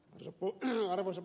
arvoisa puhemies